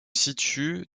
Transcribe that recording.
situe